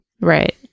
Right